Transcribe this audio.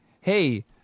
hey